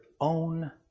own